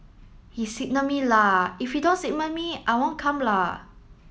he signal me la if he don't signal me I won't come la